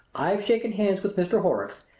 i've shaken hands with mr. horrocks,